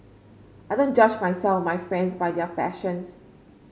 I don't judge myself my friends by their fashions